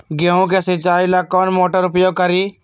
गेंहू के सिंचाई ला कौन मोटर उपयोग करी?